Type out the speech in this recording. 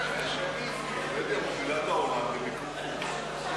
שבדיה מובילת העולם במיקור חוץ.